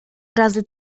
razy